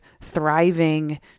thriving